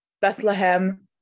Bethlehem